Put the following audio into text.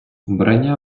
вбрання